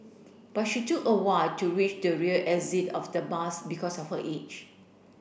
but she took a while to reach the rear exit of the bus because of her age